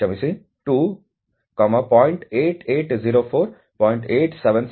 ಆದ್ದರಿಂದ ಮೂಲತಃ ಇದರ ಅರ್ಥ 0